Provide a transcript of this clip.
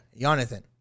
Jonathan